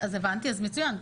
אז הבנתי, אז מצוין.